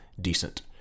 decent